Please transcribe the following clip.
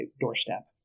doorstep